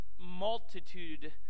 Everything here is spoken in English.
multitude